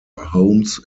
homes